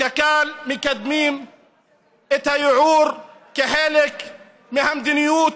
קק"ל מקדמים את הייעור כחלק מהמדיניות